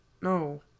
No